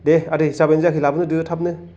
दे आदै जाबायना जायाखै लाबोनो होदो थाबनो